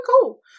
cool